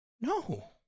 No